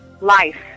Life